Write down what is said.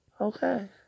Okay